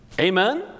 Amen